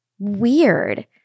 Weird